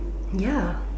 ya